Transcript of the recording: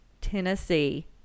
Tennessee